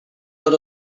out